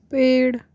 पेड़